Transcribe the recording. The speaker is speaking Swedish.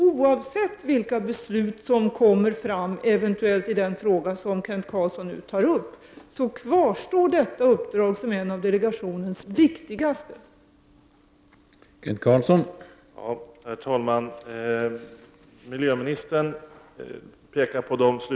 Oavsett vilka beslut som eventuellt kommer att fattas i den fråga som Kent Carlsson har tagit upp, kvarstår detta uppdrag som en av delegationens viktigaste uppgifter.